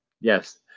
yes